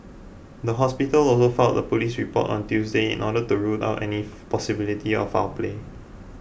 the hospital also filed a police report on Tuesday in order to rule out any possibility of foul play